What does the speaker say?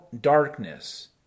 darkness